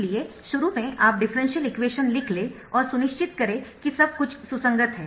इसलिए शुरू में आप डिफरेंशियल इक्वेशन लिख लें और सुनिश्चित करें कि सब कुछ सुसंगत है